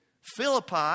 philippi